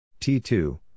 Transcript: T2